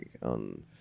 on